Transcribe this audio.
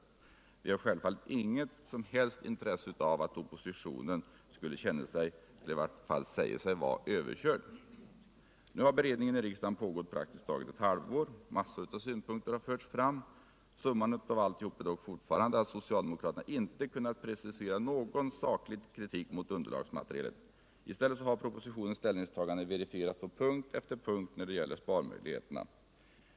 Vi har självfallet inget som helst intresse av att oppositionen skulle känna sig eller i varje fall säga sig vara överkörd. Nu har beredningen i riksdagen pågått i praktiskt taget ett halvår. Massor av synpunkter har förts fram. Summan av alltihop är dock fortfarande att socialdemokraterna inte kunnat precisera någon saklig kritik mot underlagsmaterialet — i stället har propositionens ställningstagande verifierats på punkt efter punkt när det gäller sparmöjligheterna.